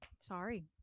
sorry